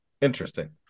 Interesting